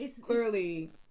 clearly